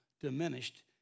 diminished